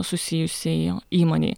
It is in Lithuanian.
susijusiai įmonei